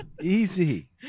Easy